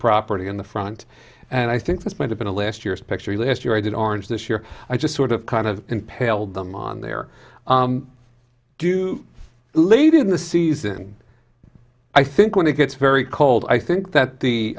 property in the front and i think this might have been a last year's picture last year i did orange this year i just sort of kind of impaled them on their do late in the season i think when it gets very cold i think that the